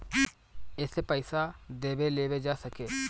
एसे पइसा देवे लेवे जा सके